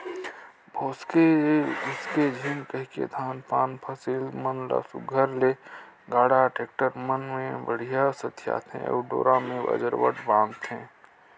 भोसके उसके झिन कहिके धान पान फसिल मन ल सुग्घर ले गाड़ा, टेक्टर मन मे बड़िहा सथियाथे अउ डोरा मे बजरबट बांधथे